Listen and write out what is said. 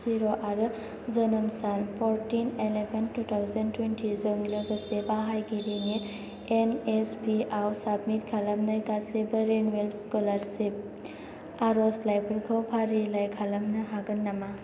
जिर' आरो जोनोम सान फरटिन इलिभेन टु थावजेन टुइन्टि़ जों लोगोसे बाहायगिरिनि एन एस पि आव साबमिट खालामनाय गासिबो रिनुयेल स्कुलारसिप आर'जलाइफोरखौ फारिलाइ खालामनो हागोन नामा